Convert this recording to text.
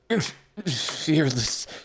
fearless